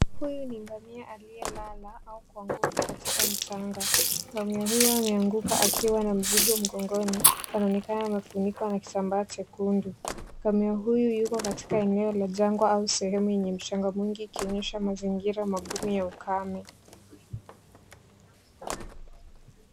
Huyu ni ngamia aliyelala au kuanguka katika mchanga. Ngamia huyo ameanguka akiwa na mzigo mkongoni, panaonekana imefunikwa a kitambaa jekundu . Ngamia huyu Yuko katika eneo la jengo au sehemu yenye mjanga mwingi ikionyesha magumu ya ukame.